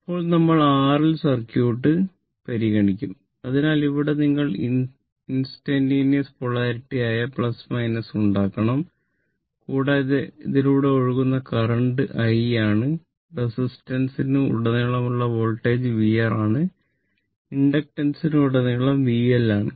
ഇപ്പോൾ നമ്മൾ series R L circuit ആണ്